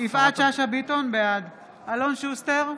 אלון שוסטר,